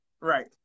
right